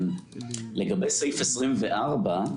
לגבי סעף 24,